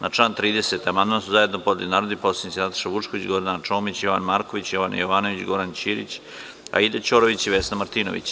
Na član 30. amandman su zajedno podneli narodni poslanici Nataša Vučković, Gordana Čomić, Jovan Marković, Jovana Jovanović, Goran Ćirić, Aida Ćorović i Vesna Martinović.